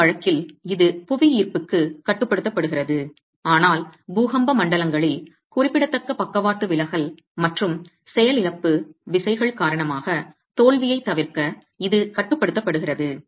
இந்த வழக்கில் இது புவியீர்ப்புக்கு கட்டுப்படுத்தப்படுகிறது ஆனால் பூகம்ப மண்டலங்களில் குறிப்பிடத்தக்க பக்கவாட்டு விலகல் மற்றும் செயலிழப்பு விசைகள் காரணமாக தோல்வியைத் தவிர்க்க இது கட்டுப்படுத்தப்படுகிறது